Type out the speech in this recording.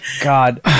God